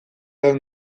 den